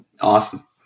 Awesome